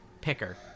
picker